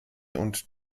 und